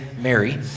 Mary